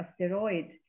asteroid